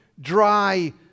dry